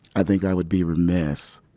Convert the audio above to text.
i think i would be remiss,